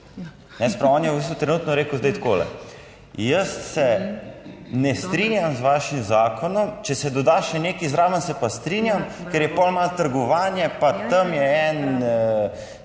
Se pravi, on je v bistvu trenutno rekel zdaj takole, jaz se ne strinjam z vašim zakonom, če se doda še nekaj zraven, se pa strinjam, ker je pol malo trgovanje, pa tam je en,